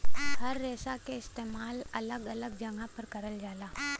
हर रेसा क इस्तेमाल अलग अलग जगह पर करल जाला